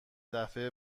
دفعه